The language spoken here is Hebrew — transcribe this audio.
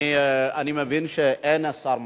אני מבין שאין שר משיב.